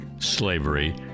Slavery